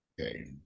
Okay